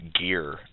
gear